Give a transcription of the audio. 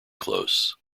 close